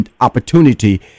opportunity